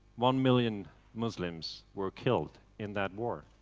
one million muslims were killed in that war.